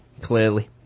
Clearly